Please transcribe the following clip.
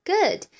Good